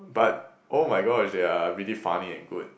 but oh my gosh they are really funny and good